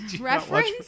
reference